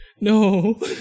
No